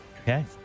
Okay